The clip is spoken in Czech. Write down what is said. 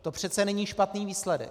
To přece není špatný výsledek.